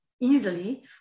easily